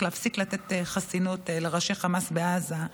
להפסיק לתת חסינות לראשי החמאס בעזה.